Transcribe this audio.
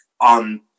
on